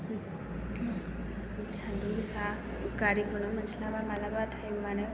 सान्दुं गोसा गारिखौनो मोनस्लाबा मालाबा टाइम आनो